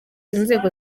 inzego